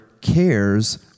cares